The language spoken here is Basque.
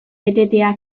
etetea